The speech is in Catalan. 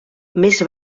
més